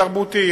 תרבותי,